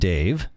Dave